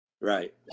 Right